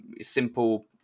simple